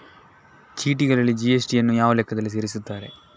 ಚೀಟಿಗಳಲ್ಲಿ ಜಿ.ಎಸ್.ಟಿ ಯನ್ನು ಯಾವ ಲೆಕ್ಕದಲ್ಲಿ ಸೇರಿಸುತ್ತಾರೆ?